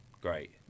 great